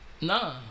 No